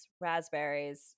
raspberries